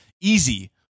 easy